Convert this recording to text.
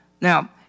Now